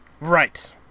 Right